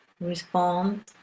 respond